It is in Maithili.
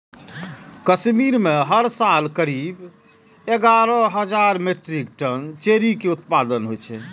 कश्मीर मे हर साल करीब एगारह हजार मीट्रिक टन चेरी के उत्पादन होइ छै